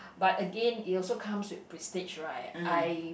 but again it also comes with prestige right I